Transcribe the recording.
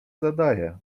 zadaję